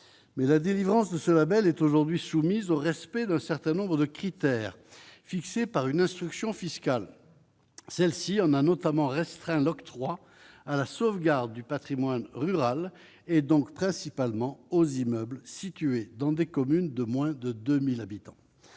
mais la délivrance de ce Label est aujourd'hui soumise au respect d'un certain nombre de critères fixés par une instruction fiscale, celle-ci en a notamment restreint l'octroi à la sauvegarde du Patrimoine rural et donc principalement aux immeubles situés dans des communes de moins de 2000 habitants,